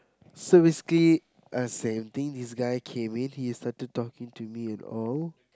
so basically uh same thing this guy came in he started talking to me and all